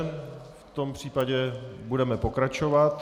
V tom případě budeme pokračovat.